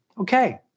Okay